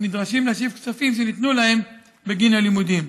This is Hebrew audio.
נדרשים להשיב כספים שניתנו להם בגין הלימודים.